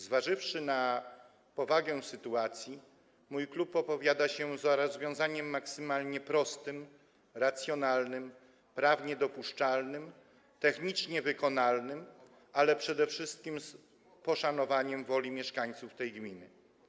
Zważywszy na powagę sytuacji, mój klub opowiada się za rozwiązaniem maksymalnie prostym, racjonalnym, prawnie dopuszczalnym, technicznie wykonalnym, ale przede wszystkim z poszanowaniem woli mieszkańców tej gminy.